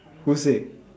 who say